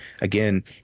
again